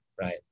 right